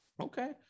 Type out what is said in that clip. Okay